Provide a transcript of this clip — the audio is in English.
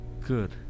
good